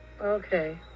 Okay